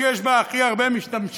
יש בה הכי הרבה משתמשים,